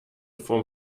form